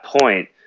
point